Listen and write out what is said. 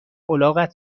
الاغت